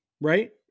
Right